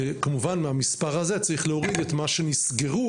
כמובן שמהמספר הזה צריך להוריד את מה שנסגרו,